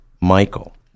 Michael